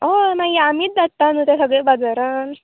हय मागीर आमीच धाडटा न्हू ते सगळे बाजारान